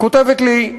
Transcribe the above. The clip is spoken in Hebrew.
כותבת לי: